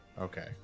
Okay